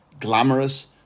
glamorous